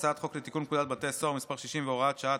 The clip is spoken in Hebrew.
הצעת חוק לתיקון פקודת בתי הסוהר (מס' 60 והוראת שעה),